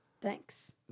thanks